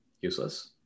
useless